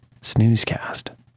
snoozecast